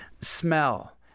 smell